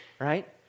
right